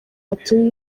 batuye